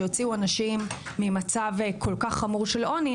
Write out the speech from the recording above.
שיוציאו אנשים ממצב כל כך חמור של עוני,